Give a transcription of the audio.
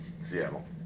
Seattle